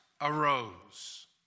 arose